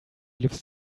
lives